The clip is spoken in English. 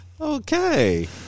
okay